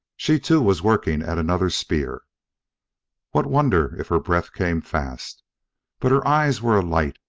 she, too, was working at another spear what wonder if her breath came fast but her eyes were alight,